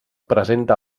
presenta